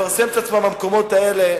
לפרסם את עצמם במקומות האלה.